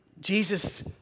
Jesus